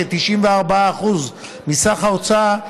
כ-94% מסך ההוצאה,